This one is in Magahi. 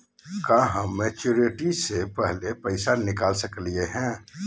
का हम मैच्योरिटी से पहले पैसा निकाल सकली हई?